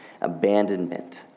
abandonment